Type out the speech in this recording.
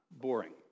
boring